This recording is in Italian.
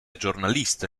giornalista